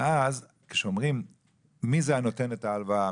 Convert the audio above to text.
ואז כשאומרים מי זה הנותן את ההלוואה?